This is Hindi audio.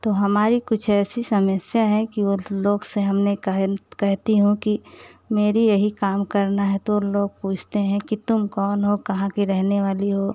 तो हमारी कुछ ऐसी समेस्या है कि वह लोग से हमने कहेल कहती हूँ कि मेरा यही काम करना है तो उन लोग पूछते हैं कि तुम कौन हो कहाँ की रहने वाली हो